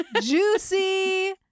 juicy